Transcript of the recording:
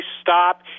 stop